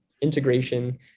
integration